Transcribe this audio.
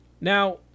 Now